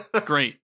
Great